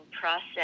process